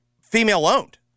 female-owned